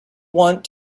want